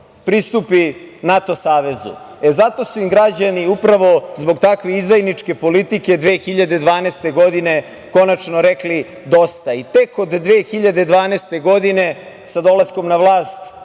pristupi NATO savezu. Zato su im građani zbog takve izdajničke politike 2012. godine konačno rekli dosta i tek od 2012. godine, sa dolaskom na vlast